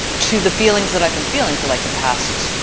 to the feelings that i've been feeling for like the past,